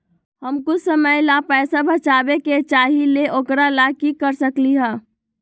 हम कुछ समय ला पैसा बचाबे के चाहईले ओकरा ला की कर सकली ह?